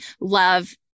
love